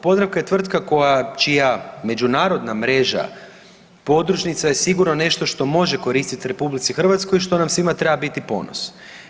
Podravka je tvrtka čija međunarodna mreža podružnica je sigurno nešto što može koristit RH što nam svima treba biti ponos.